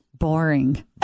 boring